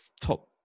top